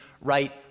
right